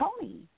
Tony